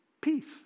Peace